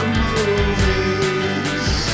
movies